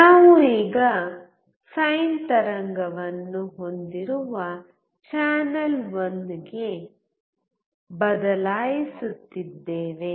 ನಾವು ಈಗ ಸೈನ್ ತರಂಗವನ್ನು ಹೊಂದಿರುವ ಚಾನಲ್ 1 ಗೆ ಬದಲಾಯಿಸುತ್ತೇವೆ